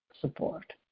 support